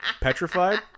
petrified